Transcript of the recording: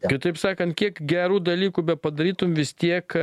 kitaip sakant kiek gerų dalykų bepadarytum vis tiek